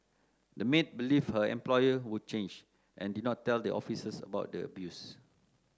the maid believed her employer would change and did not tell the officers about the abuse